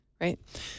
right